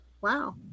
Wow